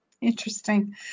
interesting